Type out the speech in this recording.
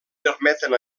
permeten